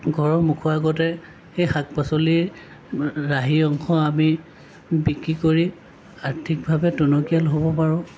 ঘৰৰ মুখৰ আগতে সেই শাক পাচলিৰ ৰাহি অংশ আমি বিক্ৰী কৰি আৰ্থিকভাৱে টনকিয়াল হ'ব পাৰোঁ